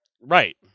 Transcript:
right